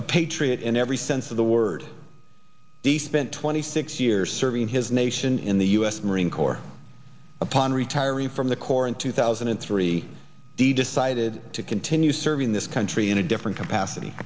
a patriot in every sense of the word he spent twenty six years serving his nation in the u s marine corps upon retiring from the corps in two thousand and three d decided to continue serving this country in a different capacity